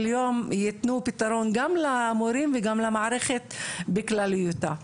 יום ייתנו פתרון גם למורים וגם למערכת בכלליותה.